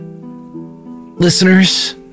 Listeners